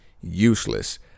Useless